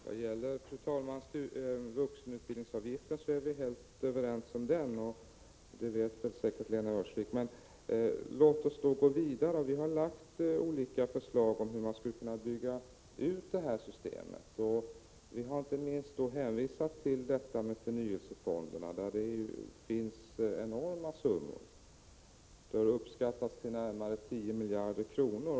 Fru talman! Då det gäller vuxenutbildningsavgiften är vi helt överens — det vet säkert Lena Öhrsvik. Men låt oss då gå vidare! Vi för vår del har lagt olika förslag om hur man skall kunna bygga ut studiemedelssystemet, och vi har inte minst hänvisat till detta med förnyelsefonderna, där det finns enorma summor. Beloppet har uppskattats till närmare 10 miljarder kronor.